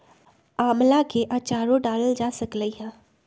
आम्ला के आचारो डालल जा सकलई ह